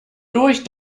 durch